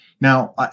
now